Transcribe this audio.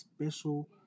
special